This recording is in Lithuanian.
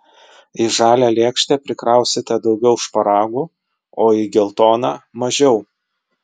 į žalią lėkštę prikrausite daugiau šparagų o į geltoną mažiau